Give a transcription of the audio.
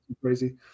crazy